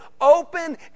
open